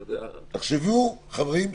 חברים,